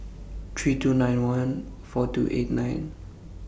three two nine one four two eight nine